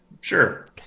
Sure